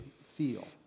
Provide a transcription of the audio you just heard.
feel